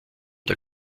der